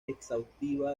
exhaustiva